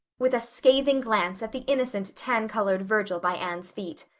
with a scathing glance at the innocent tan-colored virgil by anne's feet.